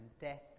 death